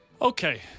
Okay